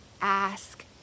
ask